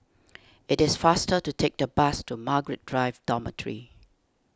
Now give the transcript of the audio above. it is faster to take the bus to Margaret Drive Dormitory